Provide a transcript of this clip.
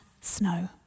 snow